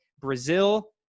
Brazil